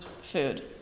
food